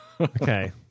Okay